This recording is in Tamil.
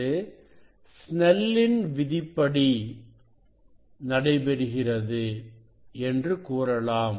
இது சினெல்லின் Snell's law விதிபடி நடைபெறுகிறது என்று கூறலாம்